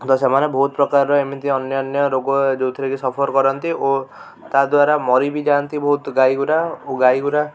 ତ ସେମାନେ ବହୁତ ପ୍ରକାରର ଏମିତି ଅନାନ୍ୟ ରୋଗ ଯେଉଁଥିରେକି ସଫର କରନ୍ତି ଓ ତା' ଦ୍ଵାରା ମରିବି ଯାଆନ୍ତି ବହୁତ ଗାଈ ଗୁଡ଼ା ଓ ଗାଈ ଗୁଡ଼ା